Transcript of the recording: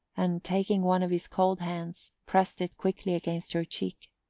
and taking one of his cold hands pressed it quickly against her cheek.